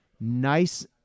nice